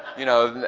you know,